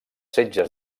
setges